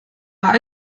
maar